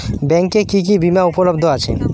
ব্যাংকে কি কি বিমা উপলব্ধ আছে?